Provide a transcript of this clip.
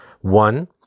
One